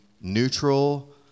neutral